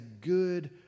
good